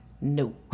No